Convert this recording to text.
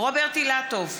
רוברט אילטוב,